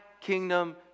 kingdom